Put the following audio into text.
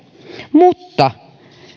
mutta